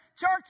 Church